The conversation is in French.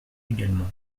également